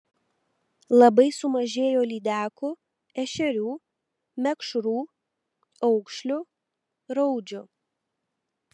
labai sumažėjo lydekų ešerių mekšrų aukšlių raudžių